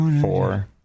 four